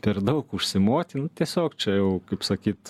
per daug užsimoti nu tiesiog čia jau kaip sakyt